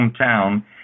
hometown